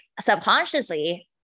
subconsciously